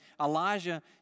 Elijah